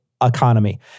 economy